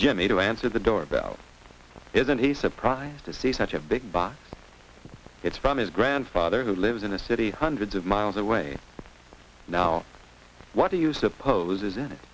jimmy to answer the door about isn't he surprised to see such a big box it's from his grandfather who lives in a city hundreds of miles away now what do you suppose is